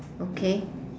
okay